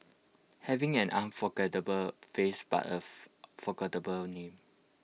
having an unforgettable face but A forgettable name